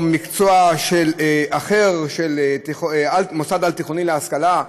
או מקצוע אחר של מוסד על-תיכוני להשכלה,